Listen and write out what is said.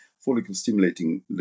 follicle-stimulating